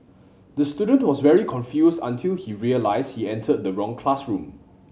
the student was very confused until he realise he enter the wrong classroom